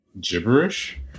gibberish